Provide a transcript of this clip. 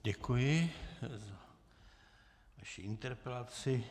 Děkuji za vaši interpelaci.